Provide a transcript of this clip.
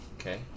Okay